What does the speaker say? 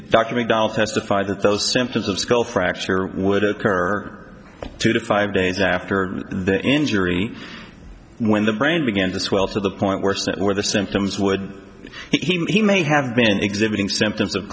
doll testified that those symptoms of skull fracture would occur two to five days after the injury when the brain began to swell to the point where it's that where the symptoms would he may have been exhibiting symptoms of